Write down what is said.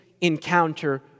encounter